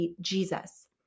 Jesus